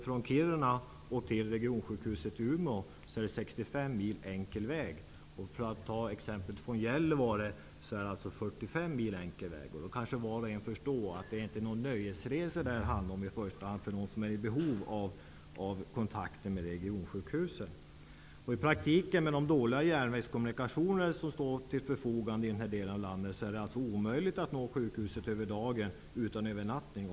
Från Kiruna till regionsjukhuset i Umeå är det 65 mil, och från Gällivare är det 45 mil. Som var och en förstår är det inte fråga om några nöjesresor för dem som är i behov av kontakt med regionsjukhuset. I praktiken är det med de dåliga järnvägskommunikationer som står till förfogande omöjligt att besöka sjukhuset över dagen utan övernattning.